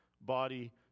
body